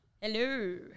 Hello